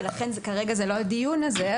ולכן כרגע זה לא הדיון הזה,